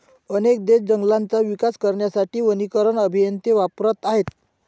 अनेक देश जंगलांचा विकास करण्यासाठी वनीकरण अभियंते वापरत आहेत